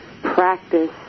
practice